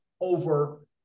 over